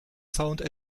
sound